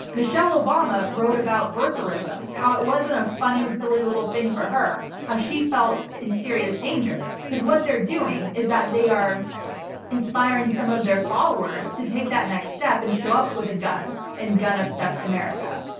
michelle obama wrote about birtherism, how it wasn't a funny, silly little thing for her. how she felt in serious danger. because what they're doing is that they are inspiring some of their followers to take that next step and show up with a gun in and gun-obsessed america.